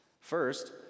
First